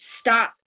stop